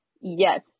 Yes